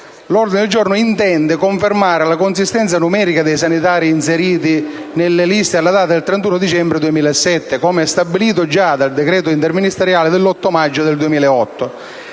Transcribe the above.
1'ordine del giorno intende confermare la consistenza numerica dei sanitari inseriti nelle liste alla data del 31 dicembre 2007, come stabilito con il decreto interministeriale dell'8 maggio 2008,